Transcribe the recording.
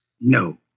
No